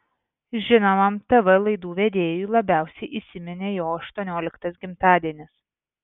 žinomam tv laidų vedėjui labiausiai įsiminė jo aštuonioliktas gimtadienis